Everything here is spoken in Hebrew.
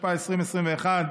התשפ"א 2021,